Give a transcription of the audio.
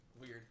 weird